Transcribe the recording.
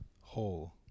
whole